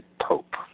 Pope